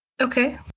Okay